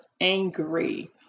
angry